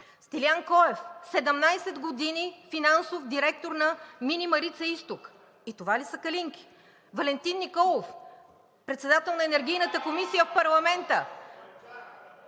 Стилян Коев – 17 години финансов директор на „Мини Марица-изток“. И това ли са „калинки“?! Валентин Николов – председател на Енергийната комисия в парламента